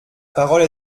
parole